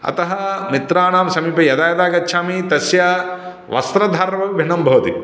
अतः मित्राणां समीपे यदा यदा गच्छामि तस्य वस्त्रधारणं भिन्नं भवति